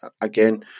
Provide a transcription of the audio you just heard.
again